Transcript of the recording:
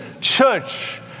church